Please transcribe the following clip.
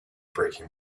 breaking